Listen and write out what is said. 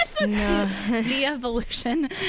de-evolution